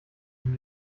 wenn